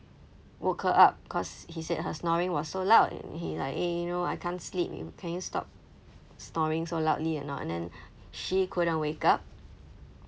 woke her up cause he said her snoring was so loud and he like eh you know I can't sleep can you stop snoring so loudly or not and then she couldn't wake up